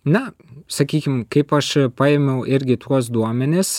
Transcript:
na sakykim kaip aš paėmiau irgi tuos duomenis